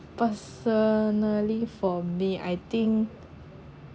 personally for me I think